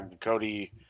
Cody